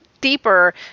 deeper